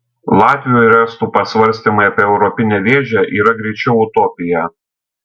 latvių ir estų pasvarstymai apie europinę vėžę yra greičiau utopija